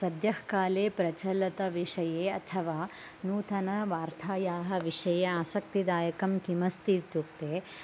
सद्यः काले प्रचलितविषये अथवा नूतनवार्तायाः विषये आसक्त्तिदायकं किमस्ति इत्युक्ते